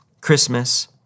Christmas